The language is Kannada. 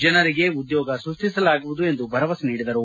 ಜನರಿಗೆ ಉದ್ಯೋಗ ಸೃಷ್ಟಿಸಲಾಗುವುದು ಎಂದು ಭರವಸೆ ನೀಡಿದರು